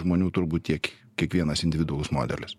žmonių turbūt tiek kiekvienas individualus modelis